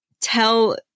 tell